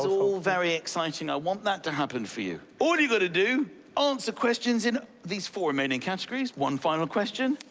all very exciting. i want that to happen for you. all you've got to do answer questions in these four remaining categories, one final question,